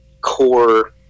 core